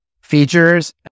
features